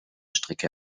strecke